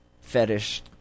fetish